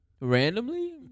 Randomly